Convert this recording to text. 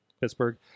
Pittsburgh